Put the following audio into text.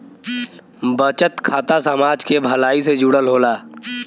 बचत खाता समाज के भलाई से जुड़ल होला